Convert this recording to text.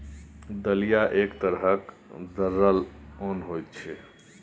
दलिया एक तरहक दरलल ओन होइ छै